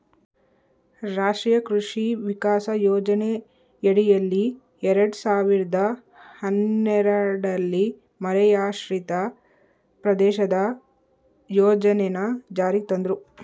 ರಾಷ್ಟ್ರೀಯ ಕೃಷಿ ವಿಕಾಸ ಯೋಜನೆಯಡಿಯಲ್ಲಿ ಎರಡ್ ಸಾವಿರ್ದ ಹನ್ನೆರಡಲ್ಲಿ ಮಳೆಯಾಶ್ರಿತ ಪ್ರದೇಶದ ಯೋಜನೆನ ಜಾರಿಗ್ ತಂದ್ರು